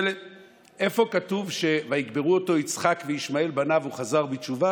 איפה כתוב: ויקברו אותו יצחק וישמעאל בניו והוא חזר בתשובה?